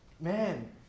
man